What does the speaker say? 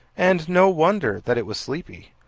and no wonder that it was sleepy,